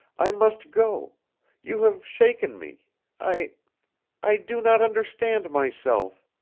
i must go you have shaken me i i do not understand myself